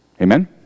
Amen